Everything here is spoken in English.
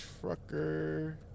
Trucker